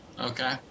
Okay